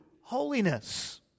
holiness